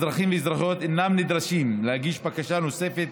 אזרחים ואזרחיות אינם נדרשים להגיש בקשה נוספת